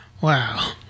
Wow